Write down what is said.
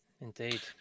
Indeed